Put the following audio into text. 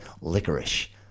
licorice